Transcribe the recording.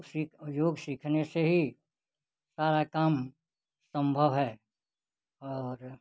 उसी योग सीखने से ही सारा काम संभव है और